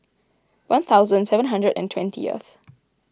one thousand seven hundred and twentieth